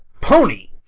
pony